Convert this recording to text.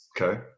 Okay